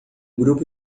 grupo